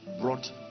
brought